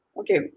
Okay